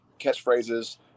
catchphrases